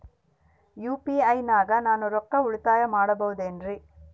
UPI ನಾಗ ನಾನು ರೊಕ್ಕ ಉಳಿತಾಯ ಮಾಡಬಹುದೇನ್ರಿ?